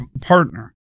partner